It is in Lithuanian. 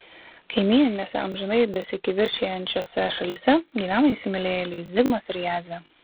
kaimyninėse amžinai besikivirčijančiose šalyse gyvena įsimylėjėliai zigmas ir jadzė